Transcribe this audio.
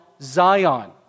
Zion